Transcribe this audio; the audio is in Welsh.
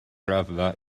raddfa